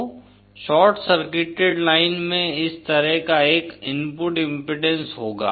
तो short circuited line में इस तरह का एक इनपुट इम्पीडेन्स होगा